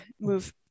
move